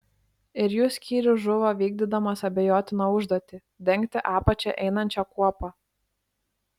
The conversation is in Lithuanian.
ir jų skyrius žuvo vykdydamas abejotiną užduotį dengti apačia einančią kuopą